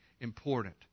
important